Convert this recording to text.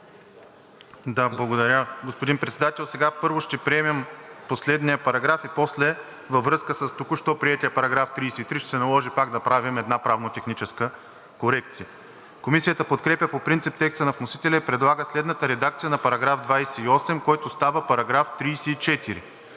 ПЕТЪР ЧОБАНОВ: Господин Председател, сега първо ще приемем последния параграф и после във връзка с току-що приетия § 33 ще се наложи пак да направим една правно-техническа корекция. Комисията подкрепя по принцип текста на вносителя и предлага следната редакция на § 28, който става § 34: „§ 34.